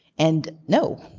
and no,